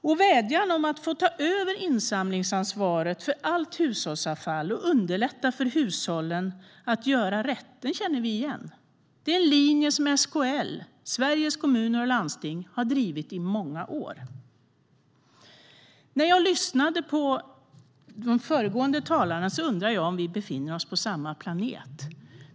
Denna vädjan om att få ta över insamlingsansvaret för allt hushållsavfall och underlätta för hushållen att göra rätt känner vi igen. Det är en linje som SKL, Sveriges Kommuner och Landsting, har drivit i många år. När jag lyssnade på de föregående talarna undrade jag om vi befinner oss på samma planet.